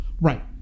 Right